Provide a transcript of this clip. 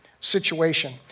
situation